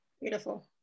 Beautiful